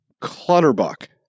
Clutterbuck